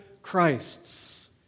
Christ's